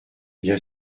bien